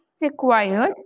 required